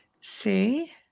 See